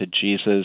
Jesus